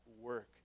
work